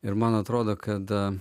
ir man atrodo kada